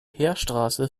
heerstraße